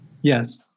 Yes